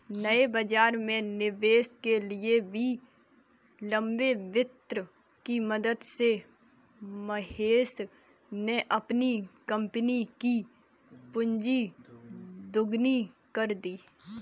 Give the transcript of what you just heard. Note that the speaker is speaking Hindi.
नए बाज़ार में निवेश के लिए भी लंबे वित्त की मदद से महेश ने अपनी कम्पनी कि पूँजी दोगुनी कर ली